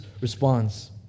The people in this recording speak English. responds